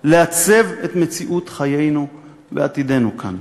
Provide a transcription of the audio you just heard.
לעצב את מציאות חיינו ועתידנו כאן.